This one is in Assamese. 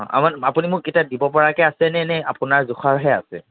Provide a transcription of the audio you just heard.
অঁ আপুনি মোক এতিয়া দিব পৰাকে আছেনে নে আপোনাৰ জোখৰহে আছে